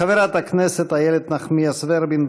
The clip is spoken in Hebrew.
חברת הכנסת איילת נחמיאס ורבין,